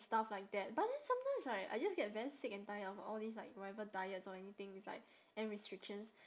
stuff like that but then sometimes right I just get very sick and tired of all this like whatever diets or anything it's like and restrictions